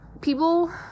people